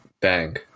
bang